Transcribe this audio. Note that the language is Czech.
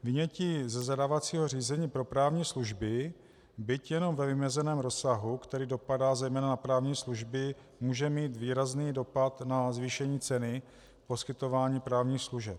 Vynětí ze zadávacího řízení pro právní služby, byť jenom ve vymezeném rozsahu, který dopadá zejména na právní služby, může mít výrazný dopad na zvýšení ceny poskytování právních služeb.